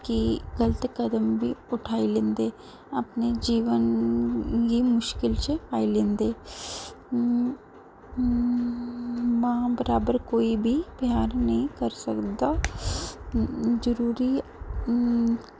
की गलत कदम बी उठाई लैंदे अपने जीवन गी मुश्कल च पाई लैंदे मां बराबर कोई बी प्यार निं करी सकदा जरूरी